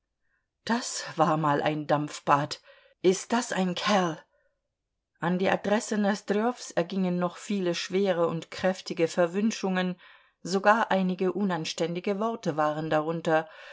das war mal ein dampfbad ist das ein kerl an die adresse nosdrjows ergingen noch viele schwere und kräftige verwünschungen sogar einige unanständige worte waren darunter